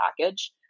package